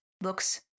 looks